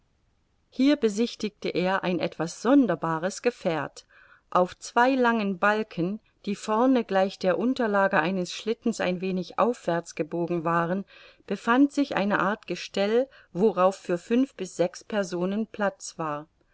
hier besichtigte er ein etwas sonderbares gefährt auf zwei langen balken die vorne gleich der unterlage eines schlittens ein wenig aufwärts gebogen waren befand sich eine art gestell worauf für fünf bis sechs personen platz war